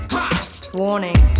Warning